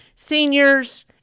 Seniors